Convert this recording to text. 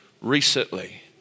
recently